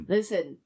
Listen